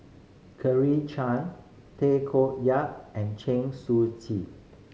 Claire Chiang Tay Koh Yat and Chen Shiji